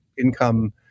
income